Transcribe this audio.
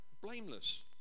blameless